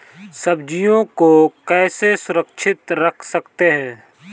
सब्जियों को कैसे सुरक्षित रख सकते हैं?